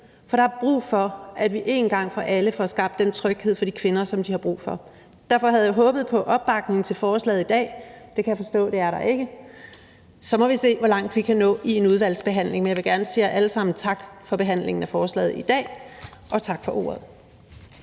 For der er brug for, at vi en gang for alle får skabt den tryghed, som de kvinder har brug for. Derfor havde jeg håbet på opbakning til forslaget i dag – det kan jeg forstå at der ikke er. Så må vi se, hvor langt vi kan nå i en udvalgsbehandling. Men jeg vil gerne sige jer alle sammen tak for behandlingen af forslaget i dag, og tak for ordet.